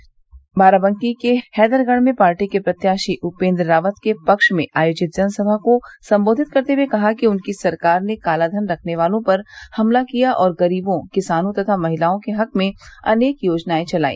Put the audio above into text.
प्रधानमंत्री ने बाराबंकी के हैदरगढ़ में पार्टी के प्रत्याशी उपेन्द्र रावत के पक्ष में आयोजित जनसभा को संबोधित करते हुए कहा कि उनकी सरकार ने कालाधन रखने वालों पर हमला किया और गरीबों किसानों तथा महिलाओं के हक में अनेक योजनाएं चलाई